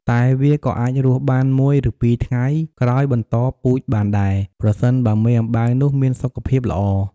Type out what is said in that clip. តែវាក៏អាចរស់បាន១ ឬ២ថ្ងៃ ក្រោយបន្តពូជបានដែរ ប្រសិនបើមេអំបៅនោះ មានសុខភាពល្អ។